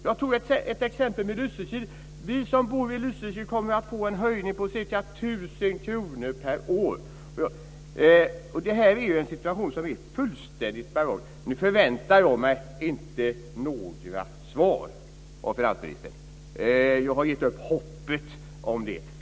Jag tog Lysekil som exempel. Vi som bor i Lysekil kommer att få en höjning på ca 1 000 kr per år. Det är en situation som är fullständigt barock. Nu förväntar jag mig inga svar av finansministern. Jag har gett upp hoppet om det.